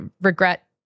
regret